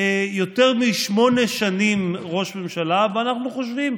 יותר משמונה שנים ראש ממשלה ואנחנו חושבים,